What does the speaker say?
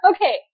Okay